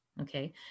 Okay